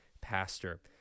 Pastor